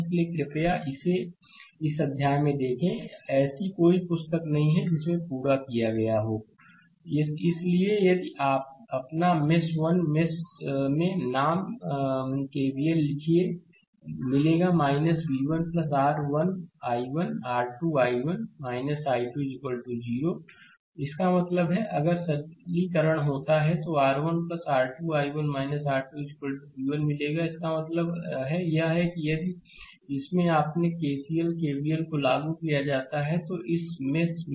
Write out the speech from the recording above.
इसलिए कृपया इसे एक अध्याय में देखें ऐसी कोई पुस्तक नहीं है जिसे पूरा किया गया हो स्लाइड समय देखें 0525 इसलिए यदि अपना मेश 1 और मेश मे नाम केवीएल लिखिए मिलेगा v 1 R 1 I1 R 2 I1 में I2 0 इसका मतलब है अगर सरलीकरण होता है तोR 1 R 2 I1 R 2 v 1 मिलेगा इसका मतलब यह है कि यदि इसमें अपने केसीएल केवीएल को लागू किया जाता है तो इस मेष में